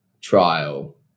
trial